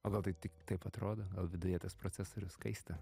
o gal tai tik taip atrodo gal viduje tas procesorius kaista